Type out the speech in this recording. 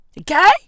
okay